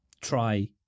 try